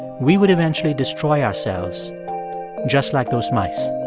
we would eventually destroy ourselves just like those mice